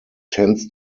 tends